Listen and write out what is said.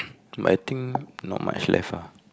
but i think not much left ah